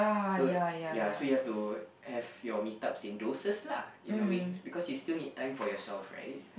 so ya so you have to have your meet up synostoses lah in a way because you still need time for yourself right